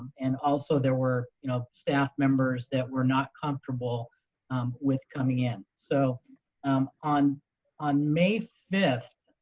and also there were you know staff members that were not comfortable with coming in. so um on on may fifth,